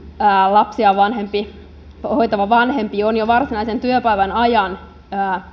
lapsia hoitava vanhempi on jo varsinaisen työpäivän ajan